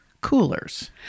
coolers